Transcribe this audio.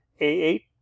a8